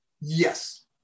Yes